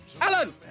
Alan